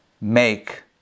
make